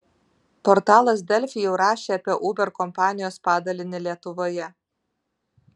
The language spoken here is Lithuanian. portalas delfi jau rašė apie uber kompanijos padalinį lietuvoje